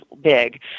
big